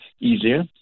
easier